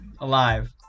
alive